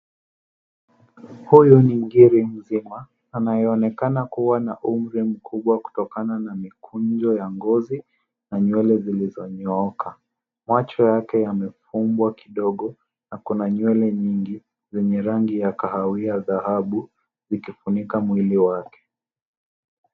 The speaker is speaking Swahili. Huyu ni ngiri mzima anayeonekana kuwa na umri mkubwa kutokana na mikunjo ya ngozi na nywele zilizonyooka. Macho yake yamefumbwa kidogo na kuna nywele nyingi zenye rangi ya kahawia dhahabu vikifunika mwili wake.